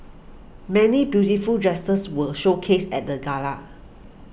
many beautiful dresses were showcased at the gala